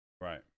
Right